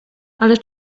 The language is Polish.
ale